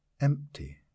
empty